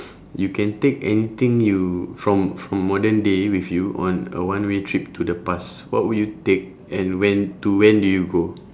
you can take anything you from from modern day with you on a one way trip to the past what would you take and when to when do you go